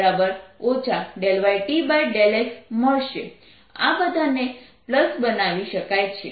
આ બધાને પ્લસ બનાવી શકાય છે